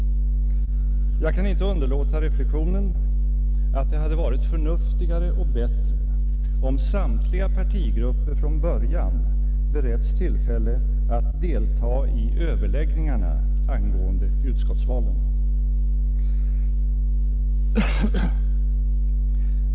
Jag kan inte underlåta reflexionen att det hade varit förnuftigare och bättre om samtliga partigrupper från början beretts tillfälle att delta i överläggningarna angående utskottsvalen.